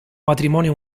matrimonio